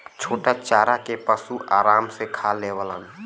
छोटा चारा के पशु आराम से खा लेवलन